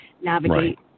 navigate